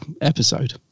episode